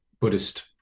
Buddhist